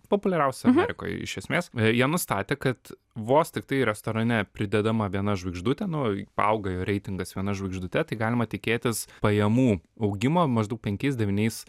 populiariausia amerikoj iš esmės jie nustatė kad vos tiktai restorane pridedama viena žvaigždutė nu paauga jo reitingas viena žvaigždute tai galima tikėtis pajamų augimo maždaug penkiais devyniais